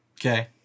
okay